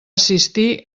assistir